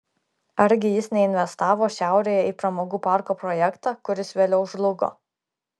argi jis neinvestavo šiaurėje į pramogų parko projektą kuris vėliau žlugo